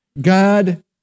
God